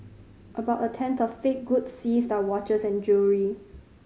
about a tenth of fake goods seized are watches and jewellery